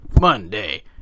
Monday